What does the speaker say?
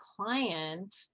client